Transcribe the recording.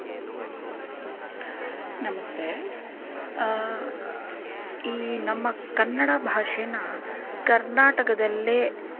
ನಮಸ್ತೆ ಈ ನಮ್ಮ ಕನ್ನಡ ಭಾಷೇನ ಕರ್ನಾಟಕದಲ್ಲೇ